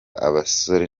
abasore